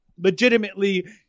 legitimately